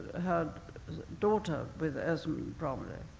her daughter with esmond romilly,